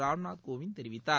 ராம்நாத் கோவிந்த் தெரிவித்தார்